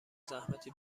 زحمت